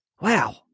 Wow